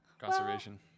conservation